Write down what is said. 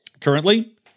Currently